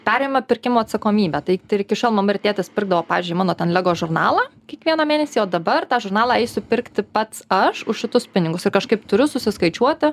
perima pirkimo atsakomybę tai tai ir iki šiol mama ir tėtis pirkdavo pavyzdžiui mano ten lego žurnalą kiekvieną mėnesį o dabar tą žurnalą eisiu pirkti pats aš už šitus pinigus ir kažkaip turiu susiskaičiuoti